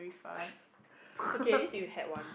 it's okay at least you had one